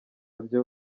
byo